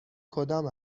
کدام